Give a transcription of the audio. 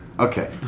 Okay